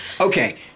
okay